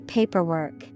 Paperwork